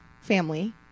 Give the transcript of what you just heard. family